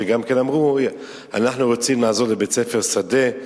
שגם כן אמרו: אנחנו רוצים לעזור לבית-ספר שדה.